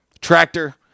tractor